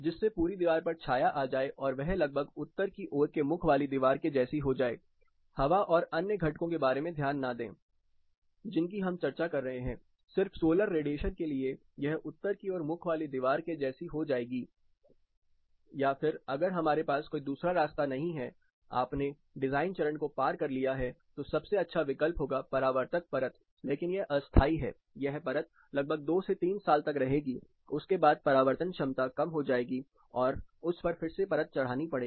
जिससे पूरी दीवार पर छाया आ जाए और वह लगभग उत्तर की ओर के मुख वाली दीवार के जैसी हो जाए हवा और अन्य घटकों के बारे में ध्यान न दें जिनकी हम चर्चा कर रहे हैं सिर्फ सोलर रेडिएशन के लिए यह उत्तर की ओर मुख वाली दीवार के जैसी हो जाएगी या फिर अगर हमारे पास कोई दूसरा रास्ता नहीं है आपने डिजाइन चरण को पार कर लिया है जो सबसे अच्छा विकल्प होगा परावर्तक परत लेकिन यह अस्थाई है यह परत लगभग 2 से 3 साल तक रहेगी उसके बाद उसकी परावर्तन क्षमता कम हो जाएगी और उस पर फिर से परत चढ़ानी पड़ेगी